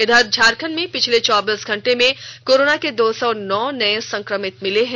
इधर झारखंड में पिछले चौबीस घंटे में कोरोना के दो सौ नौ नए संक्रमित मिले हैं